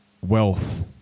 wealth